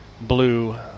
blue